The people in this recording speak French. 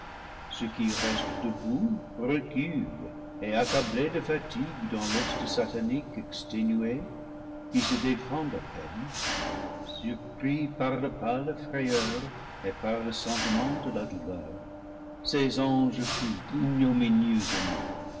ce qui reste debout recule et accablé de fatigue dans l'ost satanique exténué qui se défend à peine surpris par la pâle frayeur et par le sentiment de la douleur ces anges fuient